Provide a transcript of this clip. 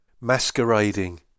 masquerading